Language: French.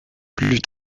plus